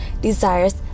desires